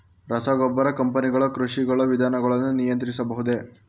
ರಸಗೊಬ್ಬರ ಕಂಪನಿಗಳು ಕೃಷಿ ವಿಧಾನಗಳನ್ನು ನಿಯಂತ್ರಿಸಬಹುದೇ?